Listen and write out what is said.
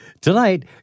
Tonight